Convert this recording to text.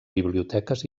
biblioteques